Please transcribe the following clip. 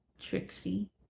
Trixie